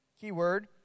keyword